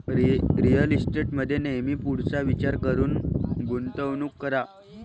real इस्टेटमध्ये नेहमी पुढचा विचार करून गुंतवणूक करा